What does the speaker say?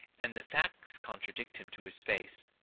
and the facts contradict him to his face.